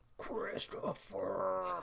Christopher